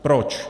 Proč?